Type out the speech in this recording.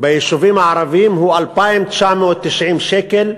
ביישובים הערביים הוא 2,990 שקל,